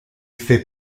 fait